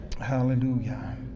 Hallelujah